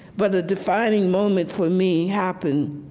but a defining moment for me happened